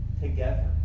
together